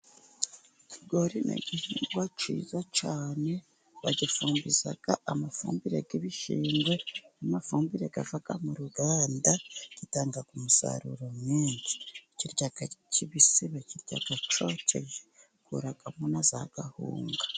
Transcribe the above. Ikigori ni igihingwa cyiza cyane, bagifumbiza amafumbire y'ibishingwe, n'amafumbire ava mu ruganda. Gitanga umusaruro mwinshi, bakirya ari kibisi, bakirya cyokeje, bakuramo na za kawunga.